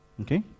Okay